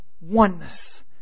Oneness